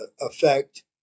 affect